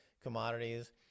commodities